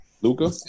Luca